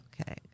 Okay